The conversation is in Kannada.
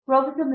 professor R